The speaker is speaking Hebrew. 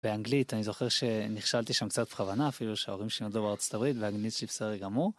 באנגלית, אני זוכר שנכשלתי שם קצת בכוונה אפילו, שההורים שלי נולדו בארצות הברית והאנגלית שלי בסדר גמור